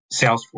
Salesforce